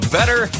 Better